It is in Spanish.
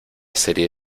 serie